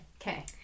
Okay